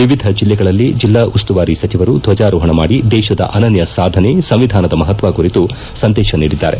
ವಿವಿಧ ಜಿಲ್ಲೆಗಳಲ್ಲಿ ಜಿಲ್ಲಾ ಉಸ್ತುವಾರಿ ಸಚಿವರು ಧ್ವಜಾರೋಪಣ ಮಾಡಿ ದೇತದ ಅನನ್ನ ಸಾಧನೆ ಸಂವಿಧಾನದ ಮಹತ್ವ ಕುರಿತು ಸಂದೇಶ ನೀಡಿದ್ದಾರೆ